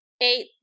Eight